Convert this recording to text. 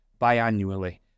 biannually